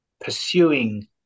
pursuing